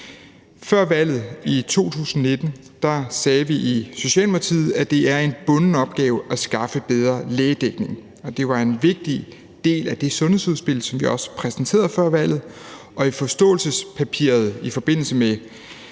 Før valget, i 2019, sagde vi i Socialdemokratiet, at det er en bunden opgave at skaffe bedre lægedækning. Det var en vigtig del af det sundhedsudspil, som vi også præsenterede før valget, og i forståelsespapiret, som blev